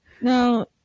Now